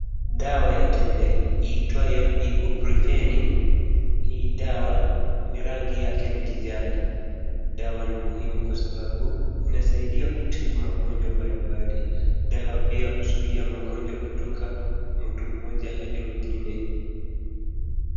Dawa ya tembe iitwayo ibuprofeni . Hii dawa ni rangi yake ni kijani. Dawa ni muhimu kwa sababu inasaidia kutibu magonjwa mbalimbali. Dawa pia huzuia magonjwa kutoka mtu mmoja hadi mwingine.